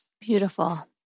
beautiful